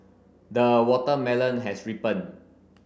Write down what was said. the watermelon has ripened